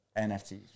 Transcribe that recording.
NFTs